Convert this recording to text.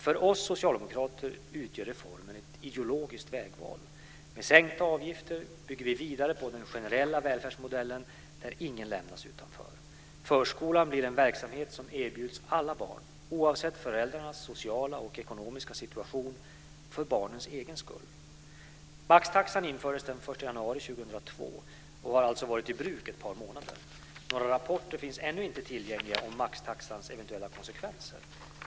För oss socialdemokrater utgör reformen ett ideologiskt vägval. Med sänkta avgifter bygger vi vidare på den generella välfärdsmodell där ingen lämnas utanför. Förskolan blir en verksamhet som erbjuds alla barn, oavsett föräldrarnas sociala och ekonomiska situation, för barnens egen skull. Maxtaxan infördes den 1 januari 2002 och har alltså varit i bruk ett par månader. Några rapporter finns ännu inte tillgängliga om maxtaxans eventuella konsekvenser.